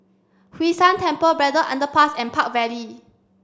Hwee San Temple Braddell Underpass and Park Vale